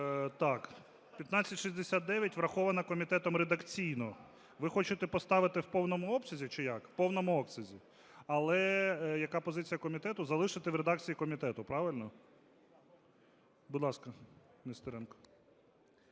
Так, 1569 врахована комітетом редакційно. Ви хочете поставити в повному обсязі чи як? В повному обсязі. Але яка позиція комітету? Залишити в редакції комітету, правильно? Будь ласка, Нестеренко.